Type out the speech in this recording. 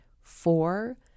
Four